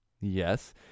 Yes